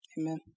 Amen